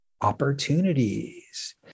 opportunities